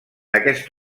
aquest